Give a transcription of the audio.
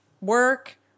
work